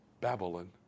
Babylon